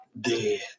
dead